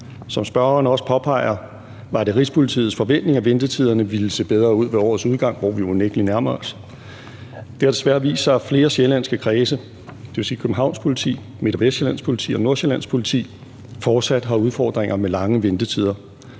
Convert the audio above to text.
Som spørgeren også påpeger, var det Rigspolitiets forventning, at ventetiderne ville se bedre ud ved årets udgang, som vi jo unægtelig nærmer os. Det har desværre vist sig, at flere sjællandske kredse, dvs. Københavns Politi, Midt- og Vestsjællands Politi og Nordsjællands Politi, fortsat har udfordringer med lange ventetider.